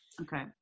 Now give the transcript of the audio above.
Okay